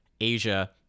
Asia